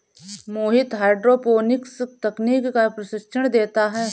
मोहित hydroponics तकनीक का प्रशिक्षण देता है